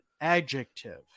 adjective